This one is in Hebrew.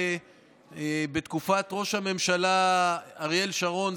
בתקופת ראש הממשלה אריאל שרון,